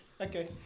Okay